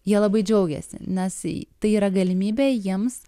jie labai džiaugiasi nes tai yra galimybė jiems